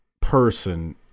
person